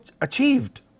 achieved